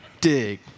Dig